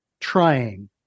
trying